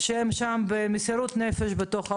נותן מענה והוא מוסמך לפתור בעיות.